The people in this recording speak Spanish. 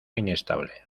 inestable